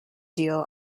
deal